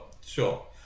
Sure